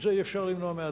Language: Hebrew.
את זה אי-אפשר למנוע מאדם.